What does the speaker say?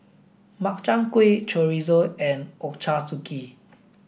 Makchang Gui Chorizo and Ochazuke